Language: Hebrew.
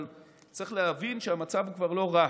אבל צריך להבין שהמצב כבר לא רע,